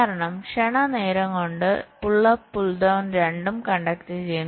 കാരണം ക്ഷണനേരം കൊണ്ട് പുൾ അപ്പ് പുൾ ഡൌൺ രണ്ടും കണ്ടക്ട് ചെയ്യുന്നു